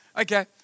Okay